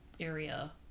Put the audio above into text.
area